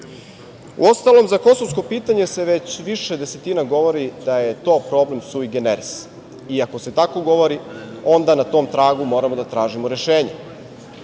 Uostalom, za kosovsko pitanje se već više desetina godina govori da je to problem "sui generis". I ako se tako govori, onda na tom tragu moramo da tražimo rešenje. Nije